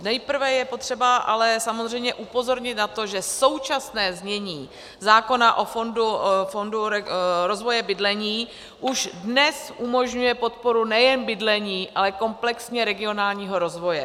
Nejprve je potřeba ale samozřejmě upozornit na to, že současné znění zákona o fondu rozvoje bydlení už dnes umožňuje podporu nejen bydlení, ale komplexně regionálního rozvoje.